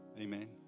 Amen